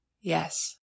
Yes